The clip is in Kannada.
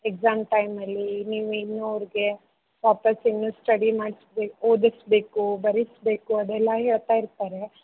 ಎಕ್ಸಾಮ್ ಟೈಮಲ್ಲಿ ನೀವು ಇನ್ನೂ ಅವ್ರಿಗೆ ವಾಪಸ್ ಇನ್ನೂ ಸ್ಟಡಿ ಮಾಡ್ಸ್ಬೇಕು ಓದಿಸಬೇಕು ಬರೆಸ್ಬೇಕು ಅದೆಲ್ಲ ಹೇಳ್ತ ಇರ್ತಾರೆ